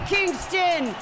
Kingston